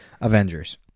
Avengers